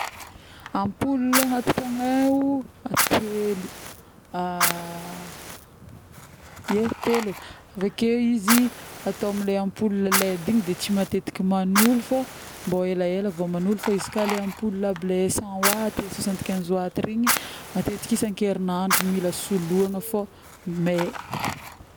Ampoule agnaty tragnonay ao telo˂hesitation˃ ie telo aveke izy atao amina ampoule led tsy matetika magnolo fô, mba elaela vô magnolo fa izy ka ampoule bless cent watt na soixante quize watt matetika isan-kerignandro mila sologna fô may.